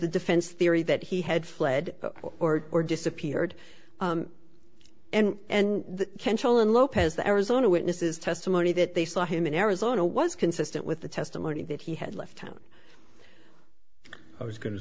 the defense theory that he had fled or or disappeared and the control in lopez the arizona witness's testimony that they saw him in arizona was consistent with the testimony that he had left town i was go